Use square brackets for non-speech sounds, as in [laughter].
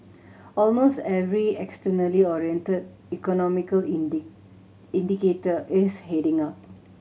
almost every externally oriented economic [unintelligible] indicator is heading up